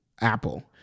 Apple